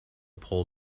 pull